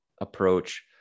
approach